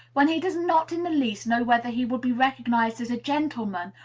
when he does not in the least know whether he will be recognized as a gentleman,